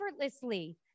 effortlessly